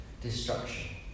destruction